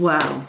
Wow